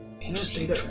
Interesting